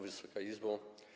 Wysoka Izbo!